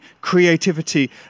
creativity